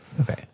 Okay